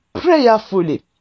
prayerfully